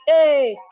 Hey